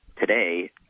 today